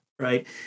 right